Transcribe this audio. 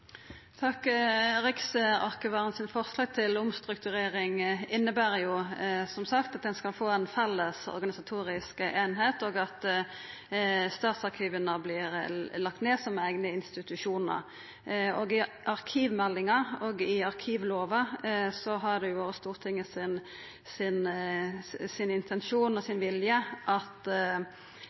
skal få ei felles organisatorisk eining, og at statsarkiva vert lagde ned som eigne institusjonar. I arkivmeldinga og i arkivlova har det vore Stortinget sin intensjon og vilje at